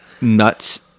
nuts